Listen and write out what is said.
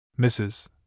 Mrs